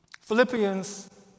Philippians